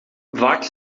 vaak